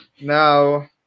Now